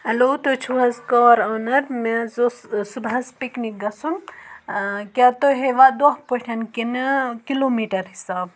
hello تُہۍ چھُو حظ کار اُونَر مےٚ حظ اوس ٲں صُبحَس پِکنِک گژھُن ٲں کیٛاہ تُہۍ ہیٚوا دۄہ پٲٹھۍ کِنہٕ کِلوٗمیٖٹَر حِساب